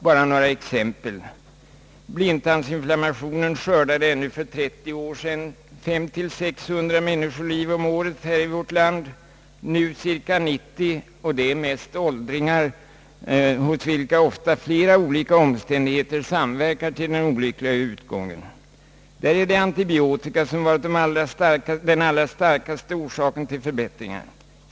Bara några exempel: Blindtarmsinflammationer skördade ännu för 30 år sedan 500—600 människoliv om året i vårt land, medan siffran nu är cirka 90 och då mest åldringar, hos vilka ofta flera olika omständigheter samverkar till den olyckliga utgången. Där är det antibiotika som varit den starkaste orsaken till förbättringen.